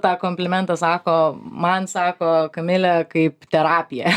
tą komplimentą sako man sako kamilė kaip terapija